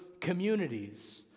communities